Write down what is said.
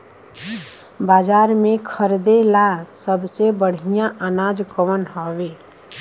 बाजार में खरदे ला सबसे बढ़ियां अनाज कवन हवे?